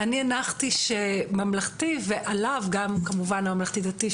אני הנחתי שממלכתי ועליו גם כמובן הממלכתי-דתי,